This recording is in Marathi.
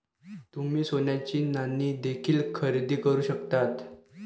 तुम्ही सोन्याची नाणी देखील खरेदी करू शकता